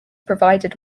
provided